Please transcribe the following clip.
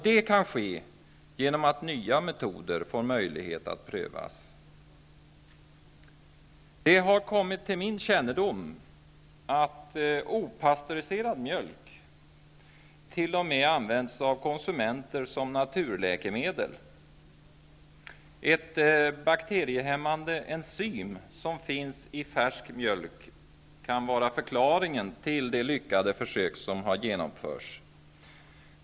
Det kan ske genom att nya metoder får möjlighet att prövas. Det har kommit till min kännedom att opastöriserad mjölk t.o.m. används av konsumenter som naturläkemedel. Ett bakteriehämmande enzym som finns i färsk mjölk kan vara förklaringen till de lyckade försök som har genomförts.